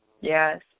Yes